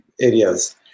areas